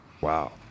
Wow